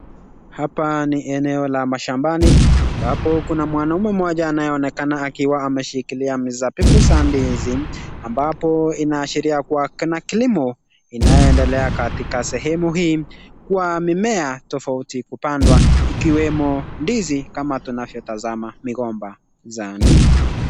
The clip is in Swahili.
Hapa ni eneo la mashambani ambapo kuna mwanaume mmoja anayeonekana akiwa ameshikilia mizabibu za ndizi ambapo inaashiria kuwa kuna kilimo inayoendelea katika sehemu hii, kwa mimea tofauti kupandwa ikiwemo ndizi kama tunavyo tazama migomba za ndizi.